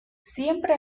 siempre